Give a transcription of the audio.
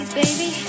baby